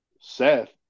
Seth